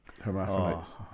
hermaphrodites